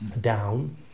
down